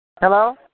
Hello